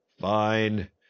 fine